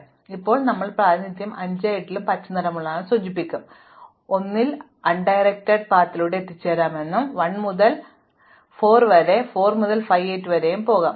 അതിനാൽ ഇപ്പോൾ നമ്മൾ ഞങ്ങളുടെ പ്രാതിനിധ്യത്തിൽ 5 ഉം 8 ഉം പച്ച നിറമുള്ളവയാണെന്ന് സൂചിപ്പിക്കും ഇവ 1 മുതൽ പരോക്ഷമായ ഒരു പാതയിലൂടെ എത്തിച്ചേരാം എന്ന് സൂചിപ്പിക്കാൻ എനിക്ക് 1 മുതൽ 4 വരെയും പിന്നീട് 4 മുതൽ 5 8 വരെയും പോകാം